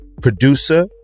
producer